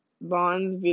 bonds